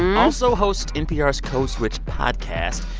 also hosts npr's code switch podcast.